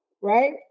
right